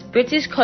British